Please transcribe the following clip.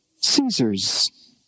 Caesar's